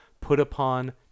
put-upon